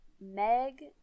Meg